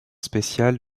spécial